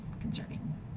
concerning